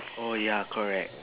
mm ya correct